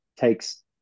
takes